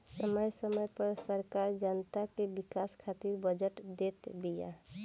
समय समय पअ सरकार जनता के विकास खातिर बजट देत बिया